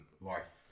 life